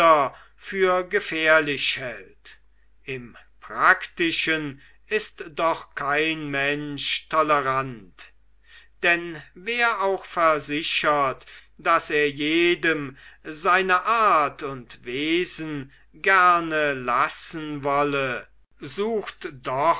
für gefährlich hält im praktischen ist doch kein mensch tolerant denn wer auch versichert daß er jedem seine art und wesen gerne lassen wolle sucht doch